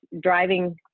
driving